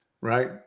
Right